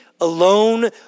alone